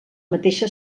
mateixa